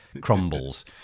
crumbles